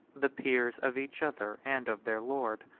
the peers of each other and of their lord,